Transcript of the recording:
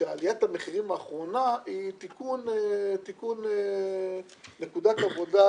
שעליית המחירים האחרונה היא תיקון נקודת עבודה